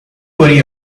worry